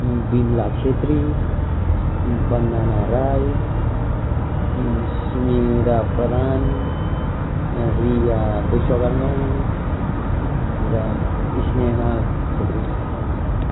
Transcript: विमला छेत्री वन्दना राई सुमिरा प्रधान रिया विश्वकर्मा अन्त स्नेहा छेत्री